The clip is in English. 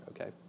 Okay